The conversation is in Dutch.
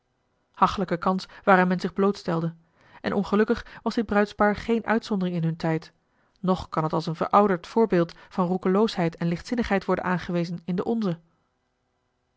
hachelijke kans waaraan men zich blootstelde en ongelukkig was dit bruidspaar geene uitzondering in hun tijd noch kan het als een verouderd voorbeeld van roekeloosheid en lichtzinnigheid worden aangewezen in den onzen